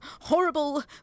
horrible